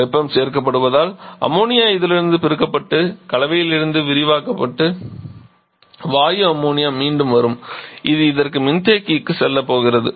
வெப்பம் சேர்க்கப்படுவதால் அம்மோனியா இதிலிருந்து பிரிக்கப்பட்டு கலவையிலிருந்து விடுவிக்கப்பட்டு வாயு அம்மோனியா மீண்டு வரும் இது இதற்காக மின்தேக்கியுக்குச் செல்லப் போகிறது